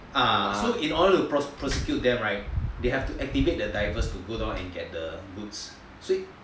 ah ah so in order to prosecute them right they have to activate the divers to go down to get the goods up